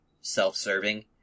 self-serving